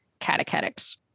catechetics